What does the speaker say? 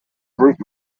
group